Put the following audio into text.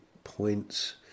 Points